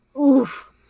Oof